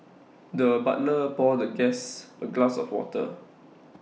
the butler poured the guest A glass of water